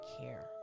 care